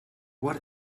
what